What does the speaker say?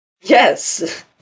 Yes